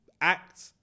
act